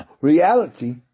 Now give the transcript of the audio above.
reality